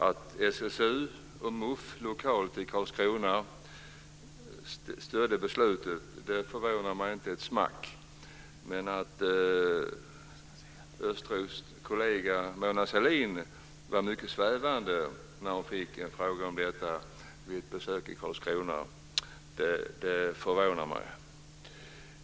Att SSU och MUF lokalt i Karlskrona stödde beslutet förvånar mig inte ett smack. Men att Östros kollega Mona Sahlin var mycket svävande när hon fick en fråga om detta vid ett besök i Karlskrona, det förvånar mig.